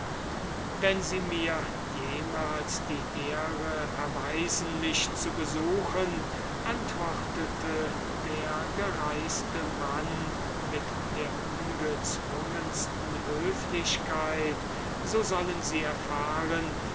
wenn sie mir jemals die ehre erweisen mich zu besuchen antwortete der philosoph mit der ungezwungensten höflichkeit so sollen sie erfahren